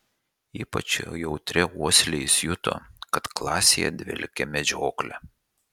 ypač jautria uosle jis juto kad klasėje dvelkė medžiokle